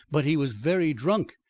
but he was very drunk,